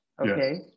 okay